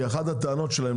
כי אחת הטענות שלהם,